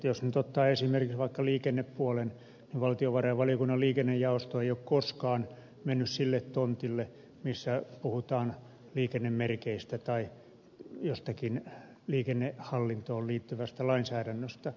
jos nyt esimerkiksi vaikka liikennepuolen niin valtiovarainvaliokunnan liikennejaosto ei ole koskaan mennyt sille tontille missä puhutaan liikennemerkeistä tai jostakin liikennehallintoon liittyvästä lainsäädännöstä